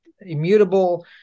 immutable